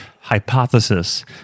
hypothesis